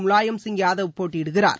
முவாயம்சிங் யாதவ் போட்டியிடுகிறார்